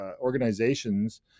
organizations